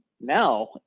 now